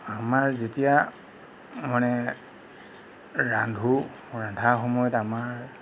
আমাৰ যেতিয়া মানে ৰান্ধো ৰন্ধাৰ সময়ত আমাৰ